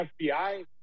FBI